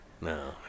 No